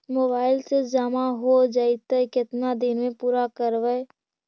Mobile से जामा हो जैतय, केतना दिन में पुरा करबैय?